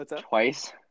twice